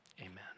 amen